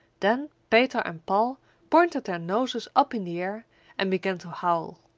then peter and paul pointed their noses up in the air and began to howl.